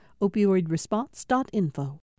Opioidresponse.info